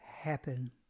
happen